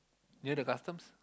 near the customs